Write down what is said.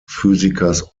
physikers